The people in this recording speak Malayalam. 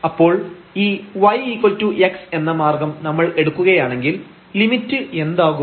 അപ്പോൾ ഈ yx എന്ന മാർഗ്ഗം നമ്മൾ എടുക്കുകയാണെങ്കിൽ ലിമിറ്റ് എന്താകും